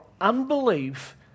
unbelief